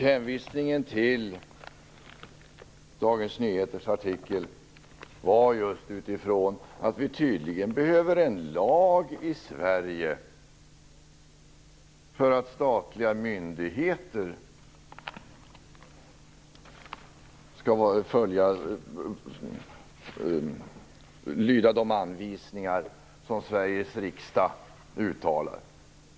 Hänvisningen till Dagens Nyheters artikel gjordes utifrån att vi tydligen behöver en lag i Sverige för att statliga myndigheter skall lyda de anvisningar som Sveriges riksdag uttalar.